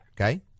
Okay